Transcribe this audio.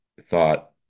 thought